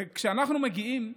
וכשאנחנו מגיעים,